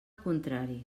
contrari